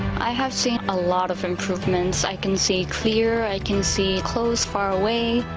i have seen a lot of improvements, i can see clear. i can see close, far away.